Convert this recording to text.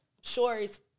shorts